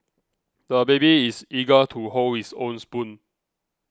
the baby is eager to hold his own spoon